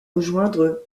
rejoindre